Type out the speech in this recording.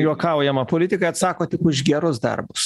juokaujama politikai atsako tik už gerus darbus